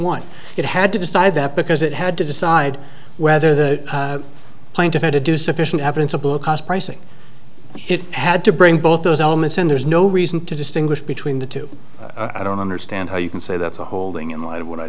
one it had to decide that because it had to decide whether the plaintiff had to do sufficient evidence of pricing it had to bring both those elements in there's no reason to distinguish between the two i don't understand how you can say that's a holding in light of what i